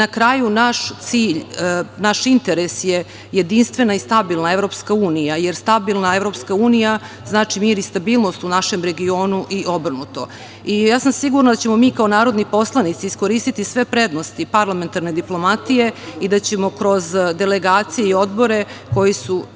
kraju, naš cilj, naš interes je jedinstvena i stabilna EU, jer stabilna EU znači mir i stabilnost u našem regionu i obrnuto. Ja sam sigurna da ćemo mi kao narodni poslanici iskoristiti sve prednosti parlamentarne diplomatije i da ćemo kroz delegacije i odbore, čiji sastav